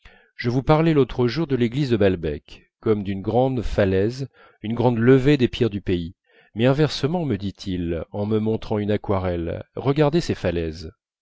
je vous parlais l'autre jour de l'église de balbec comme d'une grande falaise une grande levée des pierres du pays mais inversement me dit-il en me montrant une aquarelle regardez ces falaises